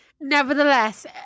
Nevertheless